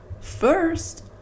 first